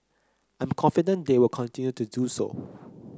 I'm confident they will continue to do so